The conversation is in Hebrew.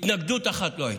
התנגדות אחת לא הייתה.